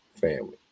family